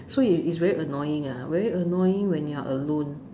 so it's is very annoying ah very annoying when you're alone